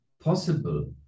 possible